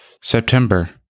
September